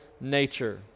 nature